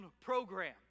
program